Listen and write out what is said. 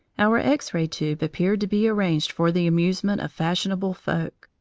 our x-ray tube appeared to be arranged for the amusement of fashionable folk.